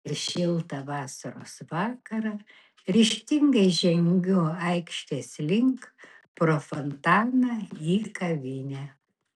ir šiltą vasaros vakarą ryžtingai žengiu aikštės link pro fontaną į kavinę